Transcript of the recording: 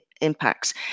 impacts